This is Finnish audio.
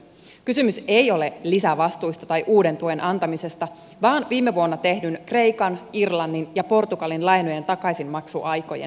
kysymys ei ole lisävastuista tai uuden tuen antamisesta vaan viime vuonna tehtyjen kreikan irlannin ja portugalin lainojen takaisinmaksuaikojen pidentämisestä